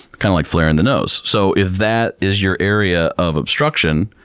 kind of like flaring the nose. so, if that is your area of obstruction,